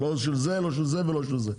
לא של זה לא של זה ולא של זה,